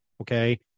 okay